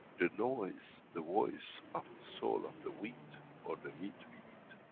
the noise, the voice of the soul of the wheat or the meat we eat.